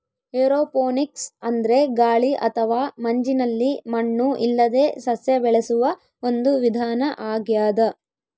aeroponics ಅಂದ್ರೆ ಗಾಳಿ ಅಥವಾ ಮಂಜಿನಲ್ಲಿ ಮಣ್ಣು ಇಲ್ಲದೇ ಸಸ್ಯ ಬೆಳೆಸುವ ಒಂದು ವಿಧಾನ ಆಗ್ಯಾದ